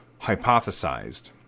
hypothesized